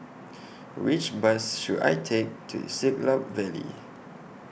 Which Bus should I Take to Siglap Valley